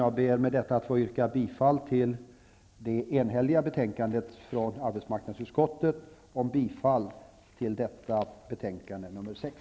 Jag ber med detta att få yrka bifall till arbetsmarknadsutskottets hemställan i det enhälliga betänkandet nr 6.